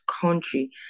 country